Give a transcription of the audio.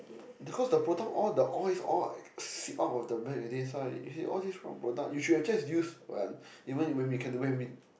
because the product all the oil all like seep out of the milk it is why all this kind of product you should have just used one if when we when we